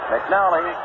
McNally